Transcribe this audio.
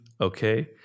Okay